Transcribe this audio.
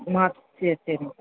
மாற்றியா சேரிங்க